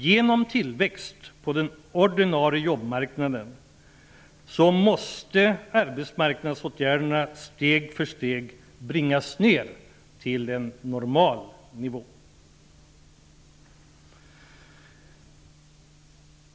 Genom tillväxt på den ordinarie arbetsmarknaden måste arbetsmarknadsåtgärderna steg för steg bringas ner till en normal nivå.